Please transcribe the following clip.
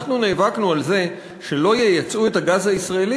אנחנו נאבקנו על זה שלא ייצאו את הגז הישראלי